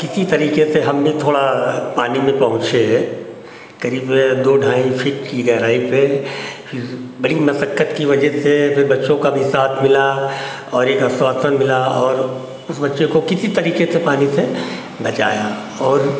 किसी तरीके से हमने थोड़ा पानी में पहुंचे करीब दो ढाई फीट की गहराई पे फिर बड़ी मशक्कत की वजह से फिर बच्चों का भी साथ मिला और एक आश्वासन मिला और उस बच्चे को किसी तरीके से पानी से बचाया और